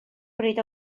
bryd